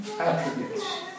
attributes